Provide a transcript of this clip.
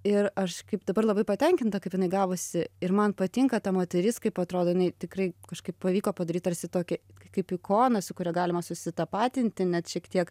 ir aš kaip dabar labai patenkinta kaip jinai gavosi ir man patinka ta moteris kaip atrodo jinai tikrai kažkaip pavyko padaryt tarsi tokį kaip ikoną su kuria galima susitapatinti net šiek tiek